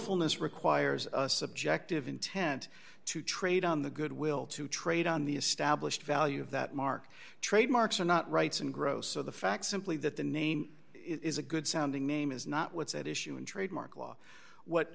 willfulness requires a subjective intent to trade on the goodwill to trade on the established value of that mark trademarks are not rights and gross so the fact simply that the name is a good sounding name is not what's at issue in trademark law what